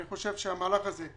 אני חושב שהמהלך הזה,